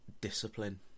discipline